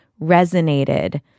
resonated